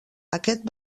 aquest